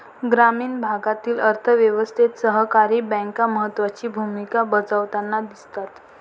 ग्रामीण भागातील अर्थ व्यवस्थेत सहकारी बँका महत्त्वाची भूमिका बजावताना दिसतात